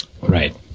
Right